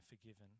forgiven